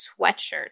sweatshirt